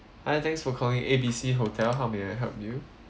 hi thanks for calling A B C hotel how may I help you